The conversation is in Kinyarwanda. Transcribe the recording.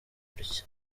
gutya